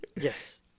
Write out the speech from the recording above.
Yes